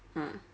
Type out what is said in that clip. ah